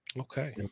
Okay